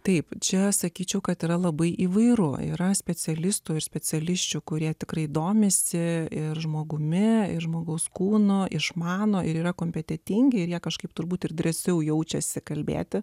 taip čia sakyčiau kad yra labai įvairų yra specialistų ir specialisčių kurie tikrai domisi ir žmogumi ir žmogaus kūno išmano ir yra kompetentingi ir jie kažkaip turbūt ir drąsiau jaučiasi kalbėti